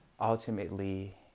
ultimately